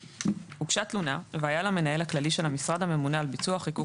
(ד)הוגשה תלונה והיה למנהל הכללי של המשרד הממונה על ביצוע החיקוק